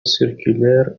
circulaire